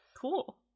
cool